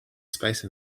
space